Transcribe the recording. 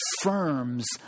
affirms